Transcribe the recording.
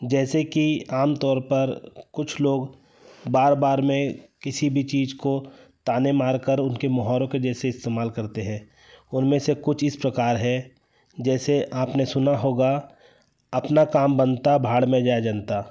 जैसे कि आमतौर पर कुछ लोग बार बार में किसी भी चीज़ को ताने मार कर उनके मुहावरों के जैसे इस्तेमाल करते हैं उनमें से कुछ इस प्रकार है जैसे आपने सुना होगा अपना काम बनता भाड़ में जाए जनता